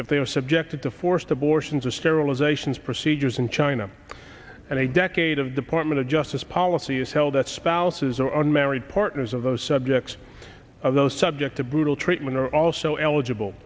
if they were subjected to forced abortion as of sterilisations procedures in china and a decade of department of justice policy is held that spouses of unmarried partners of those subjects of those subject to brutal treatment are also eligible